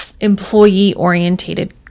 employee-orientated